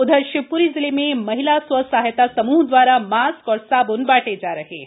उधर शिवप्री जिले में महिला स्वसहायता समूह द्वारा मास्क और साब्न बांटे जा रहे हैं